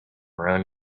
ruin